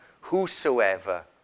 Whosoever